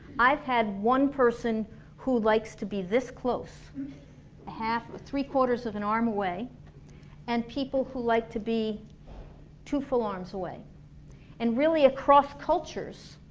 i've had one person who likes to be this close half three-quarters of an arms away and people who like to be two full arms away and really across cultures,